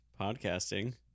podcasting